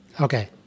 Okay